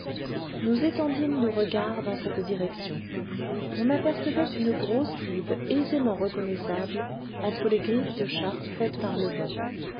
nous étendîmes nos regards dans cette direction on apercevait une grosse ride aisément reconnaissable entre les griffes de chat faites par le vent